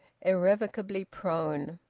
irrevocably prone.